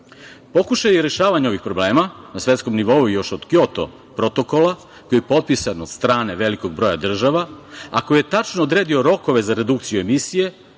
itd. Pokušaji rešavanja ovih problema na svetkom nivou još od Kjoto protokola koji je potpisan od strane velikog broja država, a koji je tačno odredio rokove za redukciju emisije,